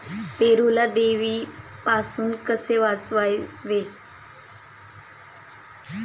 पेरूला देवीपासून कसे वाचवावे?